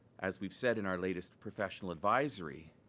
as we've said in our latest professional advisory,